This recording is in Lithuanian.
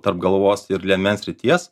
tarp galvos ir liemens srities